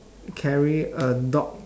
carry a dog